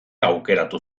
aukeratu